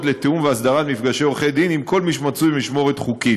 לתיאום והסדרת מפגשי עורכי-דין עם כל מי שמצוי במשמורת חוקית.